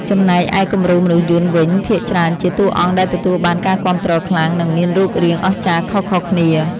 ចំណែកឯគំរូមនុស្សយន្តវិញភាគច្រើនជាតួអង្គដែលទទួលបានការគាំទ្រខ្លាំង និងមានរូបរាងអស្ចារ្យខុសៗគ្នា។